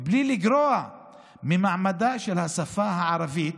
מבלי לגרוע ממעמדה של השפה הערבית",